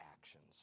actions